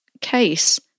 case